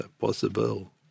possible